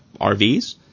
RVs